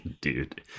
dude